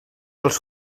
als